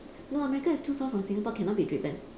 no america is too far from singapore cannot be driven